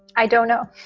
i don't know.